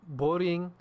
boring